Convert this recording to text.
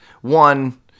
one